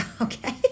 Okay